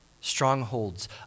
Strongholds